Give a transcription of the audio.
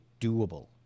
doable